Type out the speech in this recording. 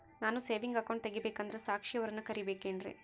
ನಾನು saving account ತೆಗಿಬೇಕಂದರ ಸಾಕ್ಷಿಯವರನ್ನು ಕರಿಬೇಕಿನ್ರಿ?